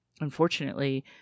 unfortunately